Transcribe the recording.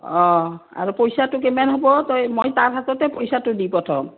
অঁ আৰু পইচাটো কেমান হ'ব তই মই তাৰ হাততে পইচাটো দি পঠাম